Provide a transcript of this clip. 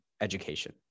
education